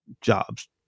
jobs